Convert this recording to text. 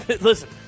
listen